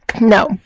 No